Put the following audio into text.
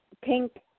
pink